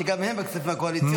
שגם הם בכספים הקואליציוניים.